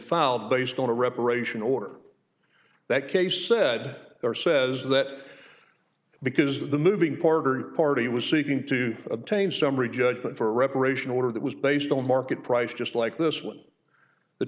filed based on a reparation order that case said or says that because the moving porter party was seeking to obtain summary judgment for reparation order that was based on market price just like this one the